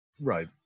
right